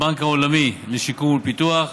הבנק העולמי לשיקום ולפיתוח,